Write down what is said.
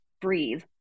breathe